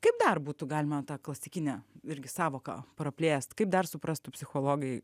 kaip dar būtų galima tą klasikinę irgi sąvoką praplėst kaip dar suprastų psichologai